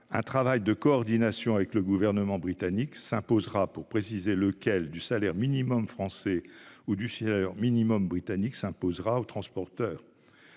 un travail de coordination avec le Gouvernement britannique s'imposera pour préciser lequel, du salaire minimum français ou britannique, s'imposera aux transporteurs.